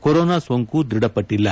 corona ಸೋಂಕು ದೃಢಪಟ್ಟಲ್ಲ